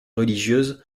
religieuse